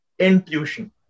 Intuition